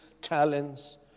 talents